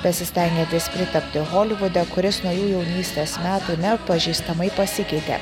tas besistengiantis pritapti holivude kuris nuo jų jaunystės metų neatpažįstamai pasikeitė